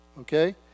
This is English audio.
okay